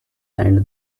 and